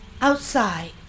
Outside